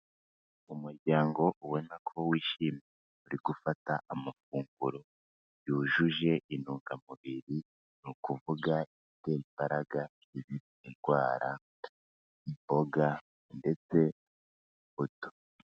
Umuryango ubona ko wishimye uri gufata amafunguro yujuje intungamubiri, ni ukuvuga ibitera imbaraga, ibirinda indwara imboga ndetse n'imbuto.